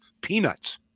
peanuts